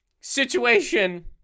situation